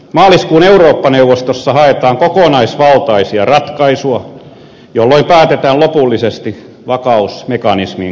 maaliskuun eurooppa neuvostossa haetaan kokonaisvaltaista ratkaisua jolloin päätetään lopullisesti vakausmekanismin käyttöönotosta